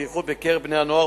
בייחוד בקרב בני-הנוער,